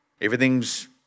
Everything's